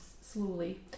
slowly